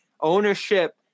Ownership